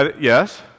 yes